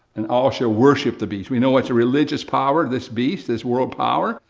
and all shall worship the beast. we know it's a religious power, this beast, this world power.